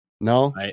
no